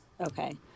Okay